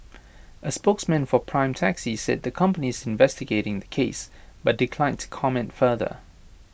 A spokesman for prime taxi said that the company is investigating the case but declined to comment further